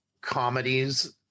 comedies